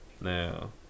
Now